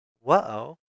Whoa